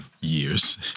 years